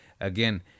again